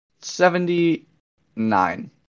seventy-nine